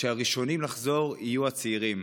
והראשונים לחזור יהיו הצעירים,